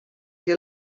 que